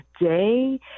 day